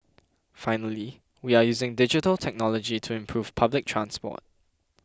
finally we are using digital technology to improve public transport